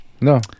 no